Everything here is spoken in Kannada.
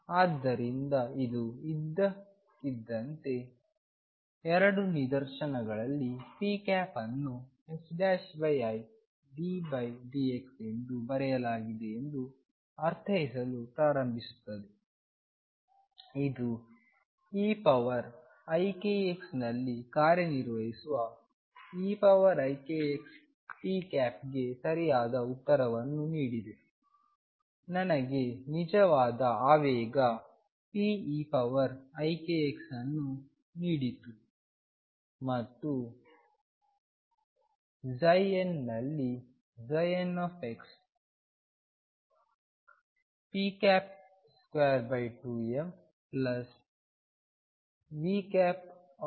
ಆದ್ದರಿಂದ ಇದು ಇದ್ದಕ್ಕಿದ್ದಂತೆ ಎರಡು ನಿದರ್ಶನಗಳಲ್ಲಿ p ಅನ್ನು iddx ಎಂದು ಬರೆಯಲಾಗಿದೆಯೆಂದು ಅರ್ಥೈಸಲು ಪ್ರಾರಂಭಿಸುತ್ತದೆ ಇದು eikx ನಲ್ಲಿ ಕಾರ್ಯನಿರ್ವಹಿಸುವ eikx p ಗೆ ಸರಿಯಾದ ಉತ್ತರವನ್ನು ನೀಡಿದೆ ನನಗೆ ನಿಜವಾದ ಆವೇಗ peikx ಅನ್ನು ನೀಡಿತು ಮತ್ತು n ನಲ್ಲಿ n p22mVx ನನಗೆ ಶಕ್ತಿ ನೀಡಿತು